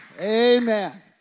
Amen